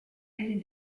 elle